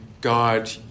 God